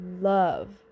love